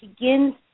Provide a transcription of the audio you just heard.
begins